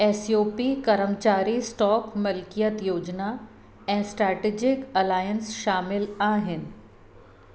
S O P करमचारी stock मिल्कियत योजना ऐं स्ट्रेटेजिक अलायन्स शामिल आहिनि